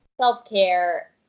self-care